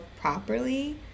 properly